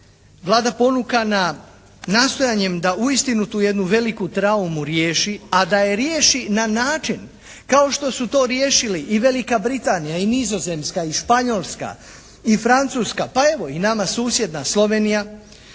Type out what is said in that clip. Vlada ponukana nastojanjem da uistinu tu jednu veliku traumu riješi, a da je riješi na način kao što su to riješili i Velika Britanija i Nizozemska i Španjolska i Francuska, pa evo i nama susjedna Slovenija.